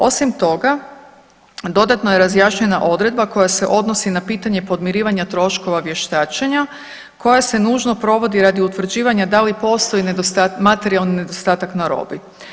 Osim toga, dodatno je razjašnjena odredba koja se odnosi na pitanje podmirivanja troškova vještačenja koja se nužno provodi radi utvrđivanja da li postoji materijalni nedostatak na robi.